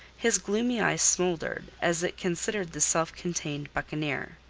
his gloomy eye smouldered as it considered the self-contained buccaneer.